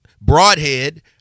Broadhead